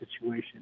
situation